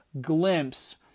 glimpse